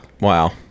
Wow